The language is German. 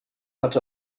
hat